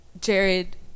Jared